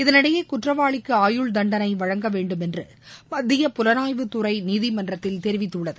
இதனிடையே குற்றவாளிக்கு ஆயுள்தண்டனை வழங்க வேண்டும் என்று மத்திய புலனாய்வுத்துறை நீதிமன்றத்தில் தெரிவித்துள்ளது